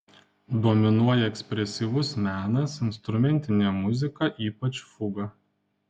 dominuoja ekspresyvus menas instrumentinė muzika ypač fuga